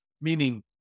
Meaning